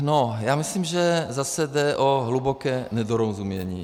No, já myslím, že zase jde o hluboké nedorozumění.